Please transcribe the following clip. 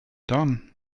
done